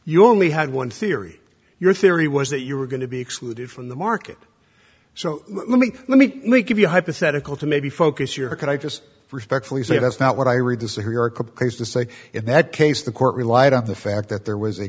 you only had one theory your theory was that you were going to be excluded from the market so let me let me give you a hypothetical to maybe focus your can i just respectfully say that's not what i read this erica place to say in that case the court relied on the fact that there was a